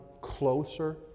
closer